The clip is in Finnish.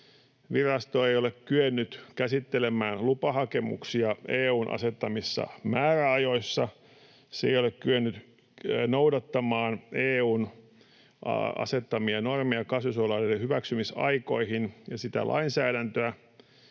Virasto ei ole kyennyt käsittelemään lupahakemuksia EU:n asettamissa määräajoissa. Se ei ole kyennyt noudattamaan EU:n asettamia normeja kasvinsuojeluaineiden hyväksymisaikoihin ja sitä lainsäädäntöä.